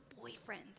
boyfriend